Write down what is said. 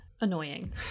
annoying